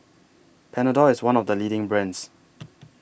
Panadol IS one of The leading brands